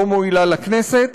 לא מועילה לכנסת,